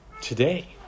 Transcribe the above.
today